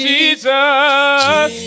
Jesus